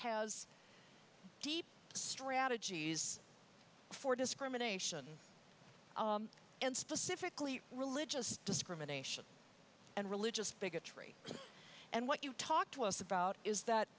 has deep strategies for discrimination and specifically religious discrimination and religious bigotry and what you talk to us about is that